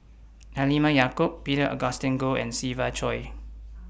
Halimah Yacob Peter Augustine Goh and Siva Choy